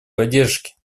поддержке